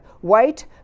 white